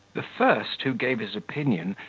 the first who gave his opinion,